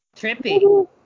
Trippy